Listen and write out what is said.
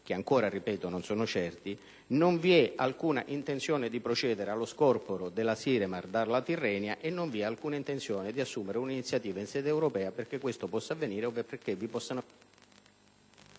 ha detto che non vi è alcuna intenzione di procedere allo scorporo della SIREMAR dalla Tirrenia e che non vi è alcuna intenzione di assumere un'iniziativa in sede europea perché questo possa avvenire ovvero vi possano